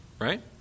right